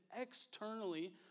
externally